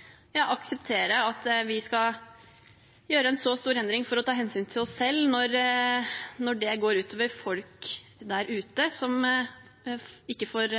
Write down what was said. jeg synes er veldig vanskelig, som kan gjøre at Stortinget mister sin relevans, og som kan gjøre det vanskelig for folk å akseptere at vi skal gjøre en så stor endring for å ta hensyn til oss selv. Det går ut over folk der ute, som ikke får